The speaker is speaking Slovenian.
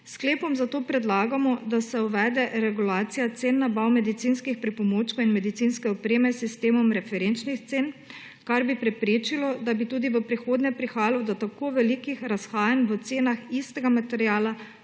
sklepom zato predlagamo, da se uvede regulacija cen nabav medicinskih pripomočkov in medicinske opreme s sistemom referenčnih cen, kar bi preprečilo, da bi tudi v prihodnje prihajalo do tako velikih razhajanj v cenah istega materiala